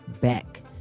back